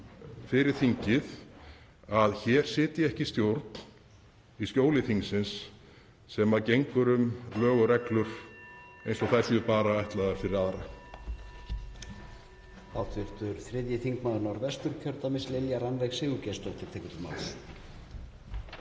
fyrir þingið að hér sitji ekki stjórn í skjóli þingsins sem gengur um lög og reglur eins og þær séu bara ætlaðar fyrir aðra.